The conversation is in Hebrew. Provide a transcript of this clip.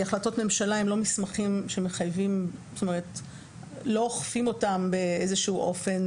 כי החלטות ממשלה אינן מסמכים מחייבים או שאוכפים אותן באיזשהו אופן